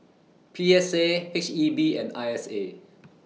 P S A H E B and I S A